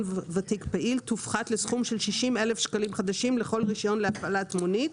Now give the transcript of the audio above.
ותיק פעיל תופחת לסכום של 60,000 שקלים חדשים לכל רישיון להפעלת מונית,